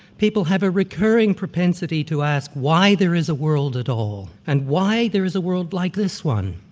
people have a recurring propensity to ask why there is a world at all, and why there is a world like this one,